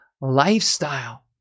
lifestyle